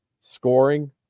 scoring